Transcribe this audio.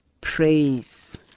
Praise